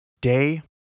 Day